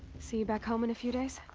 see you back home in a few days?